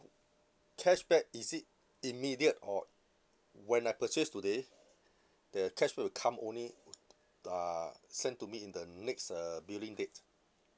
cashback is it immediate or when I purchase today the cashback will come only uh sent to me in the next uh billing date